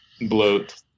bloat